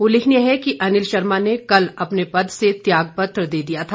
उल्लेखनीय है कि अनिल शर्मा ने कल अपने पद से त्यागपत्र दे दिया था